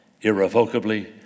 irrevocably